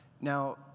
Now